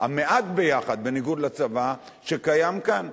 המעט "ביחד", בניגוד לצבא, שקיים כאן,